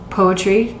poetry